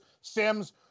Sims